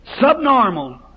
subnormal